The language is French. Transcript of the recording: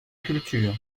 culture